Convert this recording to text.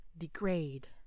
degrade